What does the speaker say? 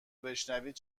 بشنوید